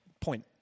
point